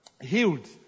healed